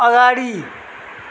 अगाडि